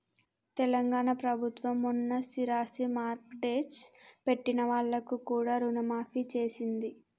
తెలంగాణ ప్రభుత్వం మొన్న స్థిరాస్తి మార్ట్గేజ్ పెట్టిన వాళ్లకు కూడా రుణమాఫీ చేసింది